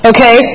Okay